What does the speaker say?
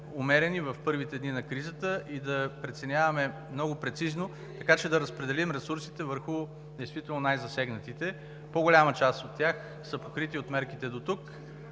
умерени в първите дни на кризата и да преценяваме много прецизно, така че да разпределим ресурсите върху действително най-засегнатите. По-голямата част от тях са покрити от мерките дотук.